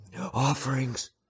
offerings